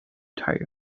tire